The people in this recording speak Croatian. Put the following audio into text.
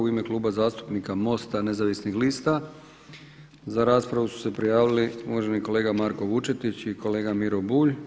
U ime Kluba zastupnika MOST-a Nezavisnih lista, za raspravu su se prijavili uvaženi kolega Marko Vučetić i kolega Miro Bulj.